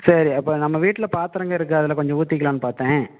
சரி அப்போ நம்ம வீட்டில் பாத்திரங்க இருக்குது அதில் கொஞ்சம் ஊற்றிக்கிலான்னு பார்த்தேன்